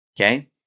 Okay